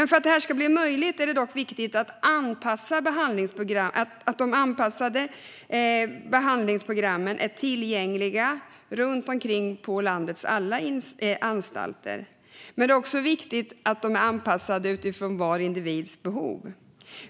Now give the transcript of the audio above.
För att detta ska bli möjligt är det dock viktigt att behandlingsprogrammen är tillgängliga på landets alla anstalter. Det är också viktigt att de är anpassade efter individens behov.